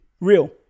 real